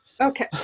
Okay